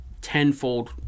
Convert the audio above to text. tenfold